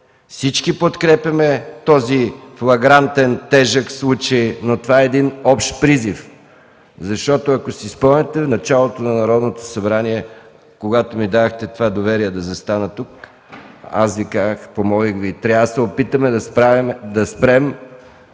Всички подкрепяме този флагрантен, тежък случай, но това е един общ призив. Ако си спомняте в началото на Народното събрание, когато ми дадохте това доверие да застана тук, аз Ви казах, помолих Ви, че трябва да се опитаме да спрем